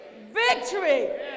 Victory